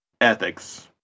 Ethics